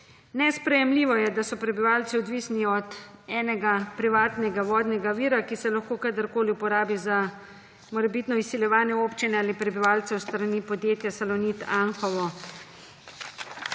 Nesprejemljivo je, da so prebivalci odvisni od enega privatnega vodnega vira, ki se lahko kadarkoli uporabi za morebitno izsiljevanje občine ali prebivalcev s strani podjetja Salonit Anhovo.